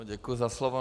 Děkuji za slovo.